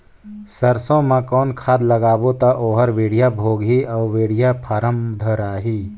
सरसो मा कौन खाद लगाबो ता ओहार बेडिया भोगही अउ बेडिया फारम धारही?